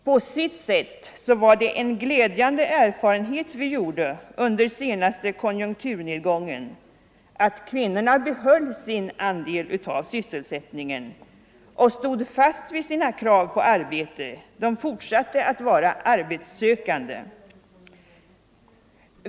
På sitt sätt var det en glädjande erfarenhet vi gjorde under senaste konjunkturnedgången att kvinnorna behöll sin andel av sysselsättningen och stod fast vid sina krav på arbete, att de fortsatte att vara arbetssökande.